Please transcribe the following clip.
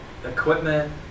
equipment